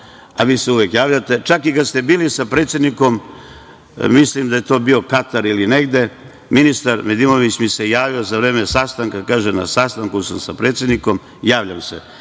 a vi se uvek javljate, čak i kad ste bili sa predsednikom, mislim da je to bio Katar ili negde drugde, ministar Nedimović mi se javio za vreme sastanka, kaže – na sastanku sam sa predsednikom, javljam se,